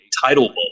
title